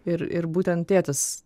ir ir būtent tėtis